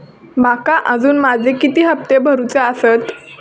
माका अजून माझे किती हप्ते भरूचे आसत?